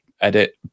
edit